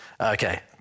okay